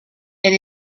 and